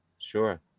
Sure